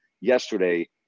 yesterday